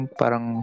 parang